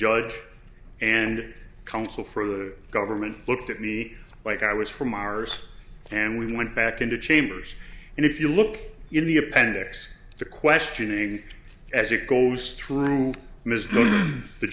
judge and counsel for the government looked at me like i was from mars and we went back into chambers and if you look in the appendix to questioning as it goes through